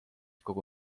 kogu